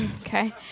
okay